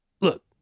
look